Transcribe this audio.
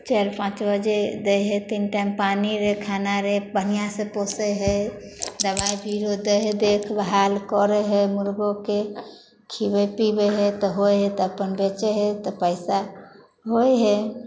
फेर पॉंच बजे दै हइ तीन टाइम पानि रे खाना रे बढ़िऑं से पोसै हइ दवाइ बीरो दै हइ देखभाल करै हइ मुर्गोके खिबै पिबै हइ तऽ होइ हइ तब अपन बेचै हइ तऽ पैसा होइ हइ